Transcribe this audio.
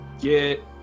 get